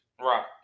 Right